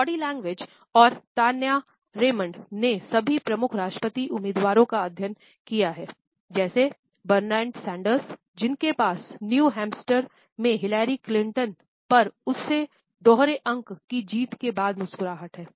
body language पर उस दोहरे अंक की जीत के बाद बहुत मुस्कुराहट है